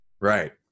Right